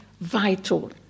vital